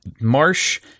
Marsh –